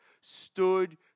stood